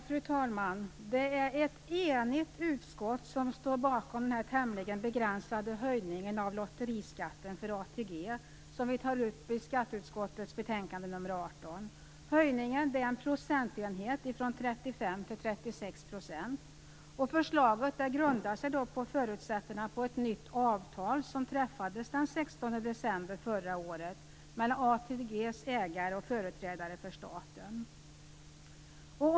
Fru talman! Det är ett enigt utskott som står bakom den tämligen begränsade höjning av lotteriskatten för ATG som vi tar upp i skatteutskottets betänkande ATG:s ägare och företrädare för staten.